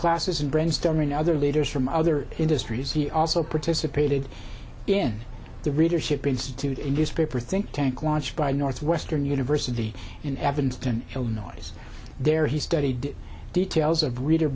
classes and brainstorming other leaders from other industries he also participated in the readership institute in this paper think tank launched by northwestern university in evanston illinois there he studied details of reader